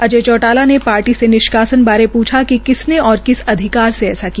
अजय चौटाला ने पार्टी से निष्कासन बारे पूछा कि किसने और किस अधिकार से ऐसा किया